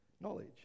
Knowledge